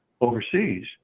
overseas